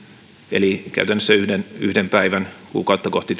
eli käytännössä yhden päivän työttömyyskorvausta kuukautta kohti